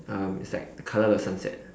um it's like the colour of the sunset